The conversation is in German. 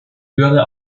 höhere